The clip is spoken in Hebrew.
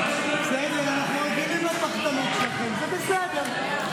בסדר, אנחנו רגילים לפחדנות שלכם, זה בסדר.